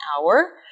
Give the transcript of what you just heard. hour